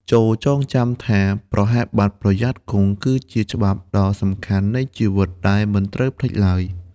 ចូរចងចាំថា «ប្រហែសបាត់ ប្រយ័ត្នគង់» គឺជាច្បាប់ដ៏សំខាន់នៃជីវិតដែលមិនត្រូវភ្លេចឡើយ។